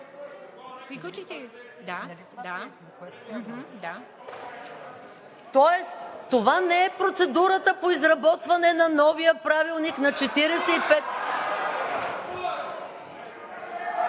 това не е процедурата по изработване на новия Правилник на